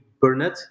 Burnett